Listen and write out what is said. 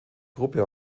gruppe